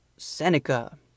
Seneca